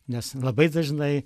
nes labai dažnai